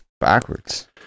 Backwards